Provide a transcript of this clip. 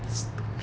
stupid